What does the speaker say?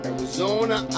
Arizona